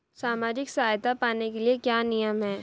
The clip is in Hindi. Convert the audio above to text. सामाजिक सहायता पाने के लिए क्या नियम हैं?